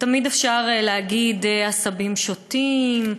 ותמיד אפשר להגיד: עשבים שוטים,